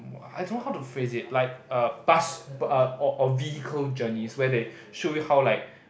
I don't know how to phrase it like a bus or or vehicle journeys where they show you how like